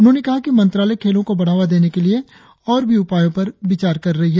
उन्होंने कहा कि मंत्रालय खेलों को बढ़ावा देने के लिए और भी उपायों पर विचार कर रही है